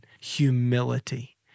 humility